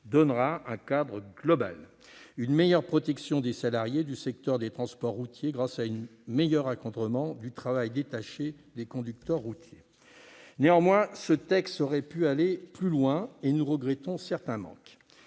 loi permettra également une meilleure protection des salariés du secteur des transports routiers, grâce à un meilleur encadrement du travail détaché des conducteurs. Néanmoins, ce texte aurait pu aller plus loin, et nous regrettons certains manques.